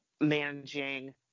managing